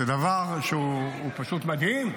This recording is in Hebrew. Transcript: זה דבר שהוא פשוט מדהים.